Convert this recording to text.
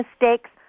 mistakes